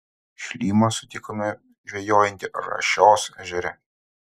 šlymą sutikome žvejojantį rašios ežere